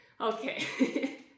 Okay